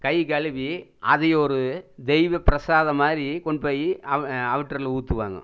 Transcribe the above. கை கழுவி அதை ஒரு தெய்வ பிரசாதம் மாதிரி கொண்டு போய் அவுட்டரில் ஊற்றுவாங்கோ